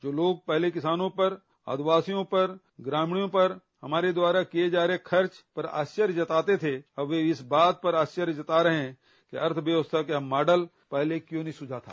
जो लोग पहले किसानों पर आदिवासियों पर ग्रामीणों पर हमारे द्वारा किये जा रहे खर्च पर आश्चर्य जताते थे वे अब इस बात पर आश्चर्य जता रहे हैं कि अर्थव्यवस्था का यह मॉडल पहले क्यों नहीं सूझा था